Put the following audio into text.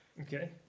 Okay